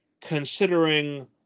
considering